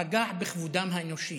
פגע בכבודם האנושי.